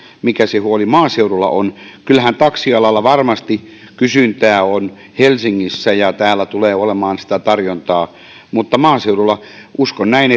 mikä se huoli maaseudulla on kyllähän taksialalla varmasti kysyntää on helsingissä ja täällä tulee olemaan sitä tarjontaa mutta maaseudulla uskon näin